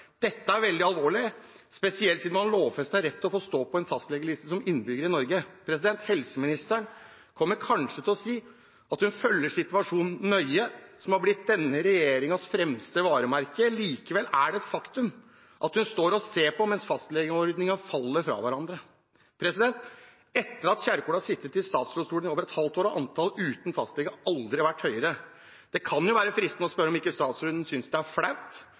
veldig alvorlig – spesielt siden man har en lovfestet rett til å stå på en fastlegeliste som innbygger i Norge. Helseministeren kommer kanskje til å si at hun følger situasjonen nøye – som har blitt denne regjeringens fremste varemerke. Likevel er det et faktum at hun står og ser på mens fastlegeordningen faller fra hverandre. Etter at Kjerkol nå har sittet i statsrådstolen i over et halvt år, har antall uten fastlege aldri vært høyere. Det kan være fristende å spørre om ikke statsråden synes det er flaut.